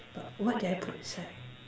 what did I put inside